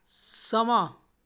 समां